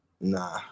Nah